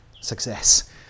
success